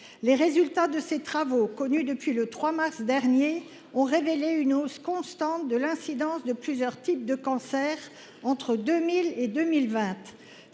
Les résultats de ces travaux, connus depuis le 3 mars dernier, ont révélé une hausse constante de l’incidence de plusieurs types de cancers entre 2000 et 2020.